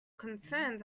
concerns